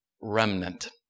remnant